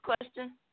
question